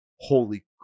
holy